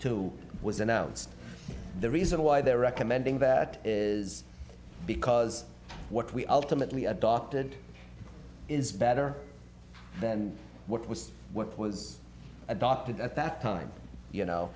two was announced the reason why they're recommending that is because what we ultimately adopted is better than what was what was adopted at that time you know